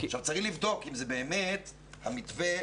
צריך לבדוק אם באמת המתווה,